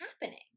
happening